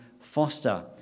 foster